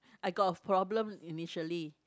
I got a problem initially